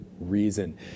reason